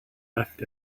left